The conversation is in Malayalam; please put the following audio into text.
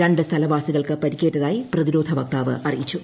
രണ്ട് സ്ഥലവാസികൾക്ക് പരിക്കേറ്റതായി പ്രതിരോധ വക്താവ് അറിയിച്ചു